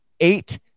Eight